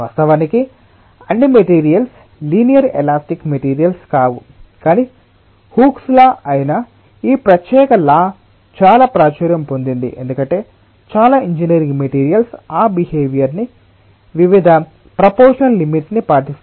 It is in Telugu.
వాస్తవానికి అన్ని మెటీరియల్స్ లినియర్ ఎలాస్టిక్ మెటీరియల్స్ కావు కానీ హూక్స్ లా అయిన ఈ ప్రత్యేక లా చాలా ప్రాచుర్యం పొందింది ఎందుకంటే చాలా ఇంజనీరింగ్ మెటీరియల్స్ఆ బిహేవియర్ ని వివిధ ప్రపోర్షనల్ లిమిట్స్ ని పాటిస్తాయి